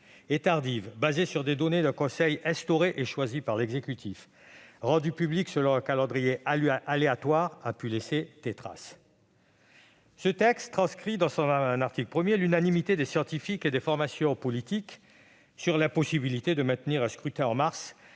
et tardives, basées sur les données fournies par un conseil instauré et choisi par l'exécutif et rendues publiques selon un calendrier aléatoire, ont pu laisser des traces. Ce texte exprime dans son article 1 l'opinion unanime des scientifiques et des formations politiques sur l'impossibilité de maintenir un scrutin en mars